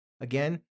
Again